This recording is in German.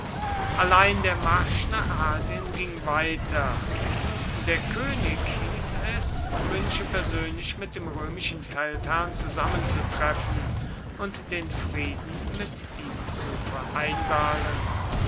allein der marsch nach asien ging weiter der könig hieß es wünsche persönlich mit dem römischen feldherrn zusammenzutreffen und den frieden mit ihm zu vereinbaren